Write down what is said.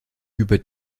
über